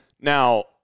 Now